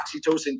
oxytocin